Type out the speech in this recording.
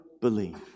believe